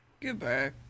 Goodbye